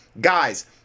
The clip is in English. guys